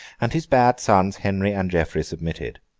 and his bad sons henry and geoffrey submitted.